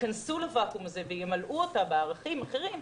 שייכנסו לוואקום הזה וימלאו אותו בערכים אחרים,